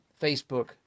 facebook